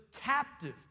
captive